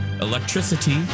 Electricity